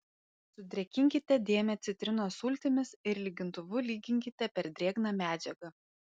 sudrėkinkite dėmę citrinos sultimis ir lygintuvu lyginkite per drėgną medžiagą